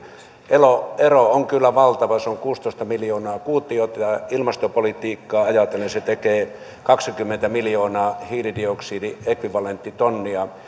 eli ero on kyllä valtava se on kuusitoista miljoonaa kuutiota ja ilmastopolitiikkaa ajatellen se tekee kaksikymmentä miljoonaa hiilidioksidiekvivalenttitonnia